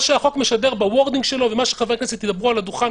מה שהחוק משדר ב"וורדינג" שלו ומה שחברי הכנסת ידברו על הדוכן